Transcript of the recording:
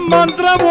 Mantra